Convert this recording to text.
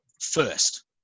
first